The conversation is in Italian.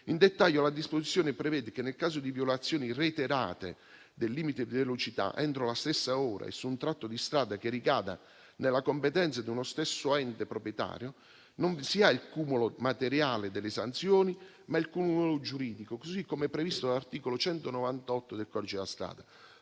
In dettaglio, la disposizione prevede che, nel caso di violazioni reiterate del limite di velocità entro la stessa ora e su un tratto di strada che ricada nella competenza di uno stesso ente proprietario, non vi sia il cumulo materiale delle sanzioni, ma il cumulo giuridico, così come previsto dall'articolo 198 del codice della strada.